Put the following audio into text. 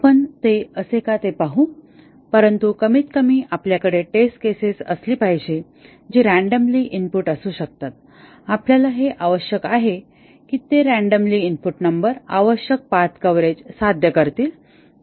आपण ते असे का हे पाहू परंतु कमीतकमी आपल्याकडे टेस्ट केसेस असली पाहिजे जी रॅन्डमली इनपुट असू शकतात आपल्याला हे आवश्यक आहे की ते रॅन्डमली इनपुट नंबर आवश्यक पाथ कव्हरेज साध्य करतील